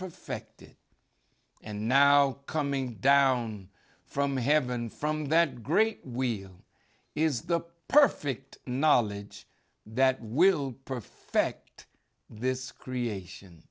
perfected and now coming down from heaven from that great wheel is the perfect knowledge that will perfect this creation